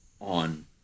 on